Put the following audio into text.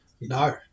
no